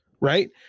right